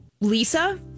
Lisa